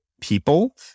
people